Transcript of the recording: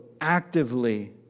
actively